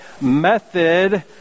Method